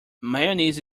mayonnaise